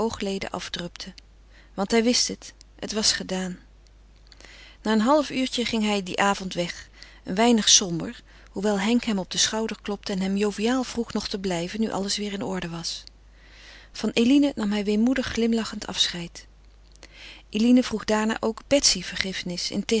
oogleden afdrupten want hij wist het het was gedaan na een half uurtje ging hij dien avond weg een weinig somber hoewel henk hem op den schouder klopte en hem joviaal vroeg nog te blijven nu alles weêr in orde was van eline nam hij weemoedig glimlachend afscheid eline vroeg daarna ook betsy vergiffenis